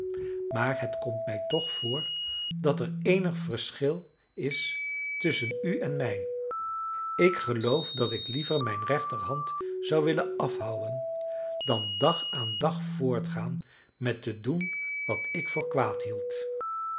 maar het komt mij toch voor dat er eenig verschil is tusschen u en mij ik geloof dat ik liever mijne rechterhand zou willen afhouwen dan dag aan dag voortgaan met te doen wat ik voor kwaad hield